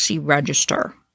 Register